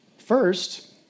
First